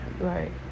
Right